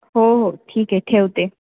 हो हो ठीक आहे ठेवते